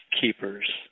keepers